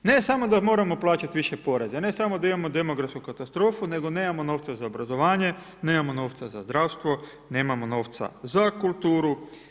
Ne samo da moramo plaćati više poreze, ne samo da imamo demografsku katastrofu nego nemamo novca za obrazovanje, nemamo novca za zdravstvo, nemamo novca za kulturu.